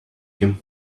him